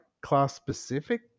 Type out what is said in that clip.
class-specific